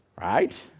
Right